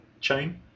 chain